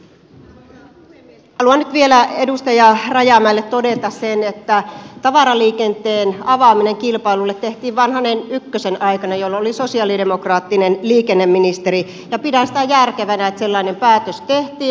haluan nyt vielä edustaja rajamäelle todeta sen että tavaraliikenteen avaaminen kilpailulle tehtiin vanhanen ykkösen aikana jolloin oli sosialidemokraattinen liikenneministeri ja pidän sitä järkevänä että sellainen päätös tehtiin